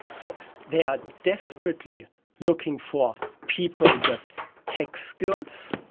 so they are desperately looking for people with tech skills,